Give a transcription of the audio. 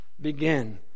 begin